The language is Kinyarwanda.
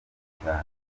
cyane